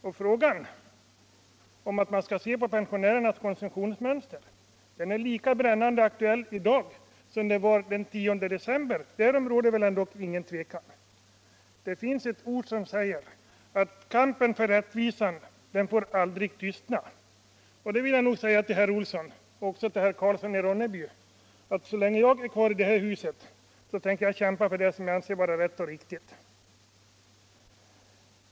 Och frågan om att man skall se på pensionärernas konsumtionsmönster är lika brännande aktuell i dag som den var den 10 december — därom råder väl ändock inget tvivel. Det brukar heta att kampen för rättvisa får aldrig upphöra. Och det vill jag säga till herr Olsson i Stockholm och även till herr Karlsson i Ronneby, att så länge jag är kvar i det här huset tänker jag kämpa för det som jag anser vara rätt och riktigt.